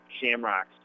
Shamrocks